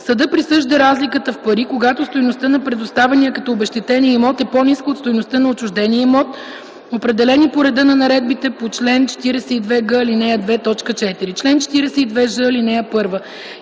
съдът присъжда разликата в пари, когато стойността на предоставения като обезщетение имот, е по-ниска от стойността на отчуждения имот, определени по реда на наредбите по чл. 42г, ал. 2, т. 4.